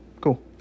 Cool